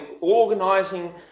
organising